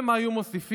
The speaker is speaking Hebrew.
שמא היו מוסיפים: